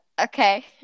Okay